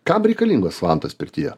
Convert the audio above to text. kam reikalingos vantos pirtyje